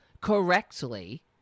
correctly